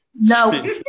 No